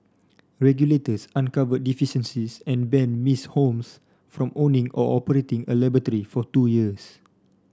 regulators uncovered deficiencies and banned Miss Holmes from owning or operating a laboratory for two years